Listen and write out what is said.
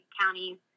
counties